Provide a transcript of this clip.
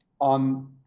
on